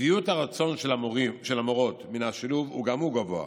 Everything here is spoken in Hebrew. שביעות הרצון של המורות מן השילוב גם היא גבוהה,